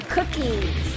Cookies